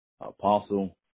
Apostle